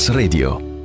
radio